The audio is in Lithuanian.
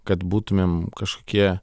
kad būtumėm kažkokie